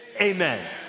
Amen